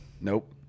Nope